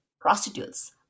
prostitutes